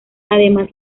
además